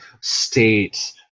state